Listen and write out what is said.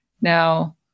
Now